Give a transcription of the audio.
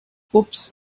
ups